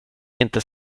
inte